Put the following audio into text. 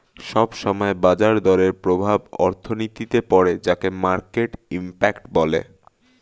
সব সময় বাজার দরের প্রভাব অর্থনীতিতে পড়ে যাকে মার্কেট ইমপ্যাক্ট বলে